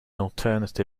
alternate